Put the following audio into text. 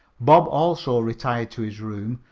bob also retired to his room,